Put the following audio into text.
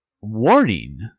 warning